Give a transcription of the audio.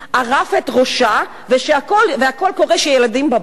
ערף את ראשה, והכול קורה כשהילדים בבית.